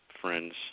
friends